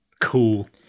Cool